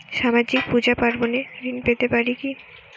সামাজিক পূজা পার্বণে ঋণ পেতে পারে কি?